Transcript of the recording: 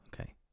Okay